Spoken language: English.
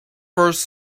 first